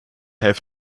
have